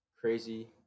crazy